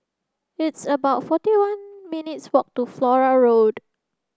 it's about forty one minutes' walk to Flora Road